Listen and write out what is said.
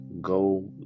go